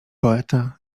poeta